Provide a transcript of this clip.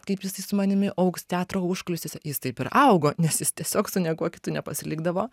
kaip jisai su manimi augs teatro užkulisiuose jis taip ir augo nes jis tiesiog su niekuo kitu nepasilikdavo